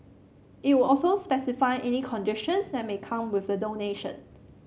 it would also specify any conditions that may come with the donation